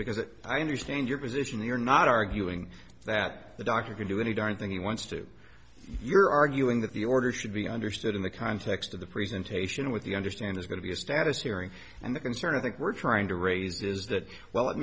because i understand your position you're not arguing that the doctor can do any darn thing he wants to you're arguing that the order should be understood in the context of the presentation with the understand it's going to be a status hearing and the concern i think we're trying to raise is that well it